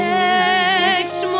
next